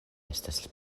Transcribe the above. estas